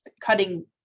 cutting